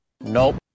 Nope